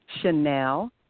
Chanel